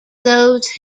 those